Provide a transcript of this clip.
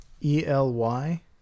e-l-y